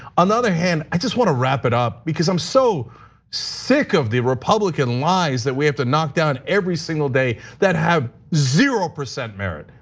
on the other hand, i just wanna wrap. wrap it up because i'm so sick of the republican lies that we have to knock down every single day that have zero percent merit.